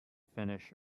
finish